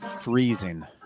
Freezing